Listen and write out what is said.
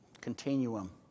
continuum